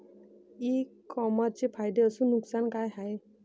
इ कामर्सचे फायदे अस नुकसान का हाये